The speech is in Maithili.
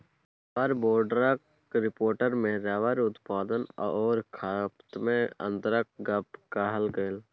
रबर बोर्डक रिपोर्टमे रबर उत्पादन आओर खपतमे अन्तरक गप कहल गेल